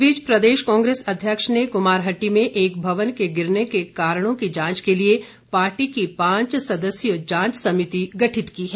इस बीच प्रदेश कांग्रेस अध्यक्ष ने कुमारहट्टी में एक भवन के गिरने के कारणों की जांच के लिए पार्टी की पांच सदस्यीय जांच समिति गठित की है